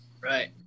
Right